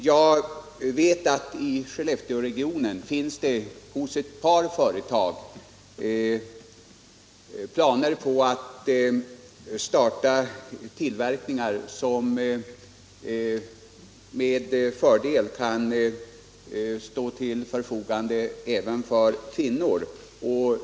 Jag vet att det i Skellefteåregionen hos ett par företag finns planer på att starta tillverkningar som med fördel kan sysselsätta även kvinnor.